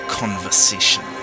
conversation